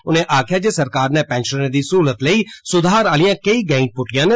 उनें आक्खेआ जे सरकार नै पैंशनरें दी स्हूलत लेई सुधार आलियां केंई गैंई पुट्टियां न